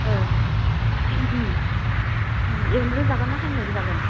औ एवनायल' जागोन ना हांनायबो जागोन